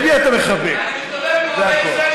זה הכול.